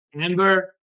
Amber